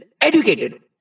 Educated